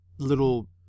little